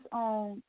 on